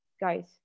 Guys